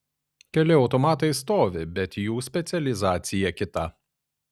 keli automatai stovi bet jų specializacija kita